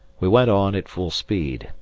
we went on at full speed,